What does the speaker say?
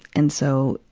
and so,